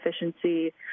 efficiency